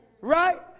Right